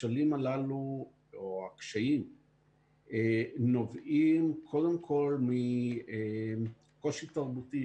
הכשלים הללו או הקשיים נובעים קודם כול מקושי תרבותי.